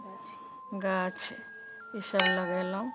गाछ ई सभ लगेलहुँ